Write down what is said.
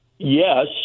Yes